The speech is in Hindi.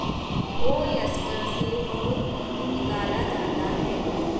ओयस्टर से बहुत मोती निकाला जाता है